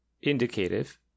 Indicative